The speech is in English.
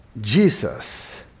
Jesus